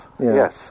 yes